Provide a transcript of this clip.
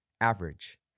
average